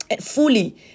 fully